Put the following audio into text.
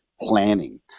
planning